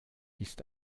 ist